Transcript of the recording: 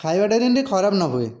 ଖାଇବାଟା ଟିକିଏ ଯେମିତି ଖରାପ ନ ହୁଏ